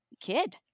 kid